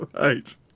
Right